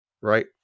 Right